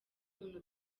umuntu